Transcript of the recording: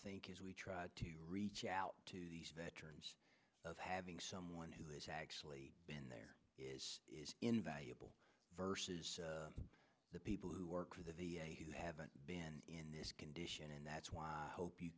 think is we try to reach out to these veterans of having someone who is actually been there is invaluable versus the people who work for that they haven't been in this condition and that's why i hope you